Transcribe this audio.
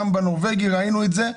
גם בנורבגי ראינו את זה.